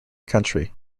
country